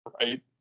Right